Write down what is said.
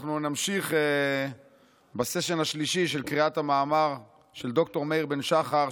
אנחנו נמשיך בסשן השלישי של קריאת המאמר של ד"ר מאיר בן שחר,